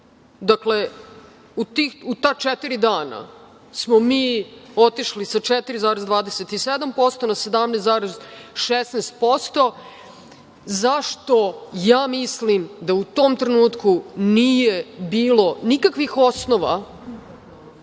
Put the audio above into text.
17,16%.Dakle, u ta četiri dana smo mi otišli sa 4,27% na 17,16%. Zašto? Ja mislim da u tom trenutku nije bilo nikakvih osnova